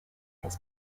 his